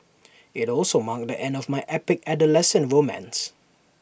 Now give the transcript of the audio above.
IT also marked the end of my epic adolescent romance